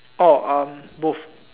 oh both